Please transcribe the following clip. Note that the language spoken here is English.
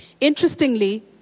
Interestingly